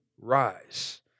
rise